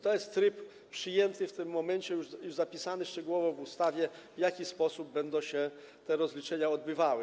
To jest tryb przyjęty w tym momencie, już zapisany szczegółowo w ustawie, w jaki sposób będą się te rozliczenia odbywały.